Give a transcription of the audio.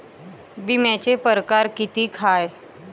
बिम्याचे परकार कितीक हाय?